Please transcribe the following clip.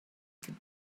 could